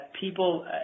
people